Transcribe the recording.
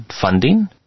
funding